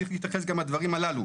צריך להתייחס גם לדברים הללו.